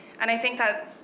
and i think that,